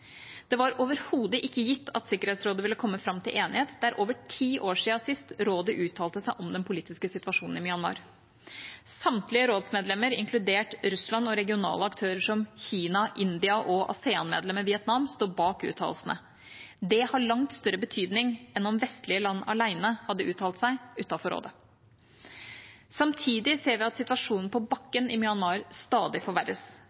Det var overhodet ikke gitt at Sikkerhetsrådet ville komme fram til enighet – det er over ti år siden rådet uttalte seg om den politiske situasjonen i Myanmar. Samtlige rådsmedlemmer, inkludert Russland og regionale aktører som Kina, India og ASEAN-medlemmet Vietnam, står bak uttalelsene. Det har langt større betydning enn om vestlige land alene hadde uttalt seg utenfor rådet. Samtidig ser vi at situasjonen på bakken i Myanmar stadig forverres.